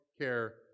care